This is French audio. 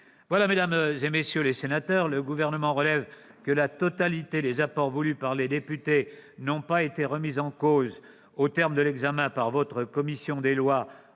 loi. Mesdames, messieurs les sénateurs, le Gouvernement relève que, dans leur totalité, les apports voulus par les députés n'ont pas été remis en cause au terme de l'examen du texte par votre commission des lois,